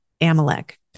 Amalek